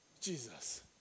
Jesus